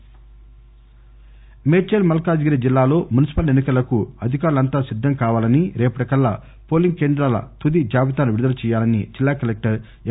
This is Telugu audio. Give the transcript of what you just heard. మేడ్సల్ మల్కాజ్గిరి మేడల్స్ మల్కాజ్గిరి జిల్లాలో మున్సిపల్ ఎన్పి కలకు అధికారులంతా సిద్గం కావాలని రేపటికల్లా పోలింగ్ కేంద్రాల తుది జాబితాను విడుదల చేయాలని జిల్లా కలెక్టర్ ఎం